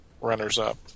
runners-up